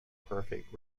perfect